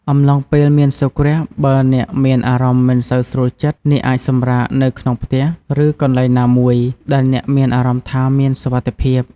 អំឡុងពេលមានសូរ្យគ្រាស បើអ្នកមានអារម្មណ៍មិនសូវស្រួលចិត្ត អ្នកអាចសម្រាកនៅក្នុងផ្ទះ ឬកន្លែងណាមួយដែលអ្នកមានអារម្មណ៍ថាមានសុវត្ថិភាព ។